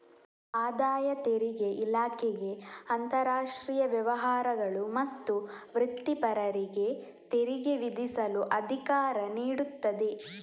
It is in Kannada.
ಆದಾಯ ತೆರಿಗೆ ಇಲಾಖೆಗೆ ಅಂತರಾಷ್ಟ್ರೀಯ ವ್ಯವಹಾರಗಳು ಮತ್ತು ವೃತ್ತಿಪರರಿಗೆ ತೆರಿಗೆ ವಿಧಿಸಲು ಅಧಿಕಾರ ನೀಡುತ್ತದೆ